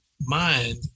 mind